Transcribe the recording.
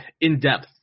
in-depth